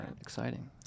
exciting